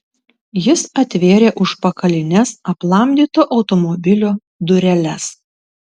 jis atvėrė užpakalines aplamdyto automobilio dureles